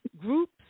groups